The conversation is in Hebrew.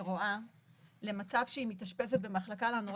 רואה למצב שהיא מתאשפזת במחלקה לאנורקסיה,